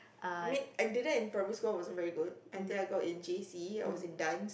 I mean I didn't in primary school I wasn't very good until I got in J_C I was in dance